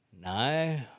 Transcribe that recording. No